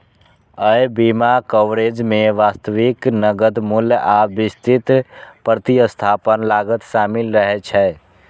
अय बीमा कवरेज मे वास्तविक नकद मूल्य आ विस्तृत प्रतिस्थापन लागत शामिल रहै छै